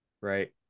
right